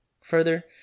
Further